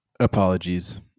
Apologies